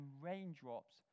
raindrops